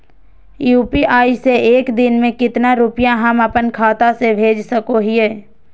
UPI से एक दिन में कितना रुपैया हम अपन खाता से भेज सको हियय?